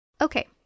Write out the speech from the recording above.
Okay